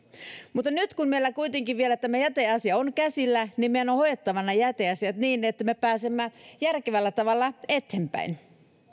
mutta nyt kun meillä kuitenkin vielä tämä jäteasia on käsillä niin meidän on hoidettava nämä jäteasiat niin että me pääsemme järkevällä tavalla eteenpäin